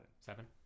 seven